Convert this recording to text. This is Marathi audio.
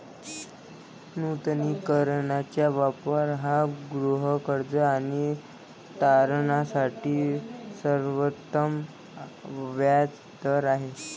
नूतनीकरणाचा वापर हा गृहकर्ज आणि तारणासाठी सर्वोत्तम व्याज दर आहे